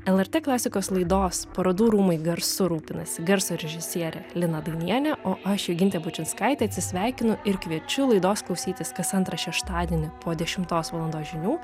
lrt klasikos laidos parodų rūmai garsu rūpinasi garso režisierė lina danienė o aš jogintė bučinskaitė atsisveikinu ir kviečiu laidos klausytis kas antrą šeštadienį po dešimtos valandos žinių